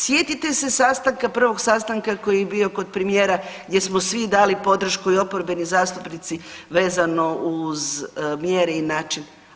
Sjetite se sastanka, prvog sastanka koji je bio kod premijera gdje smo svi dali podršku, i oporbeni zastupnici vezano uz mjere i način.